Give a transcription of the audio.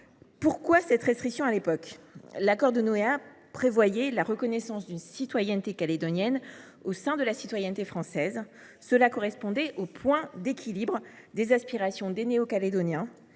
a t elle été décidée à l’époque ? L’accord de Nouméa prévoyait la reconnaissance d’une citoyenneté calédonienne au sein de la citoyenneté française. Cela correspondait au point d’équilibre des aspirations des Néo Calédoniens